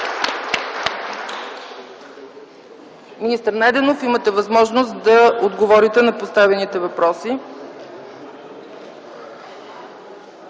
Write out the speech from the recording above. Министър Найденов, имате възможност да отговорите на поставените въпроси.